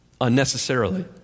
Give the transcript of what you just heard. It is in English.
unnecessarily